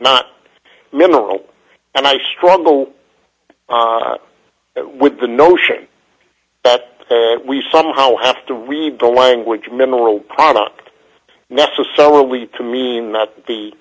not mineral and i struggle with the notion but we somehow have to read the language mineral product necessarily to mean not the